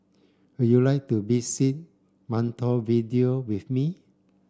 would you like to visit Montevideo with me